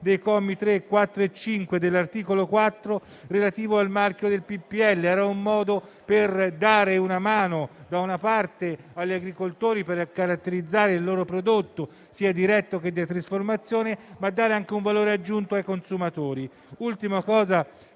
dei commi 3, 4 e 5 dell'articolo 4, relativo al marchio PPL. Era un modo per dare una mano agli agricoltori per caratterizzare il loro prodotto, sia diretto che di trasformazione, e di dare altresì un valore aggiunto ai consumatori. Voglio